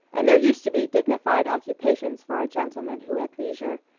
and there used to be dignified occupations for a gentleman who had leisure,